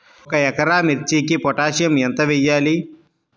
ఒక ఎకరా మిర్చీకి పొటాషియం ఎంత వెయ్యాలి?